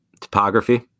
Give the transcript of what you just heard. topography